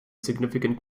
significant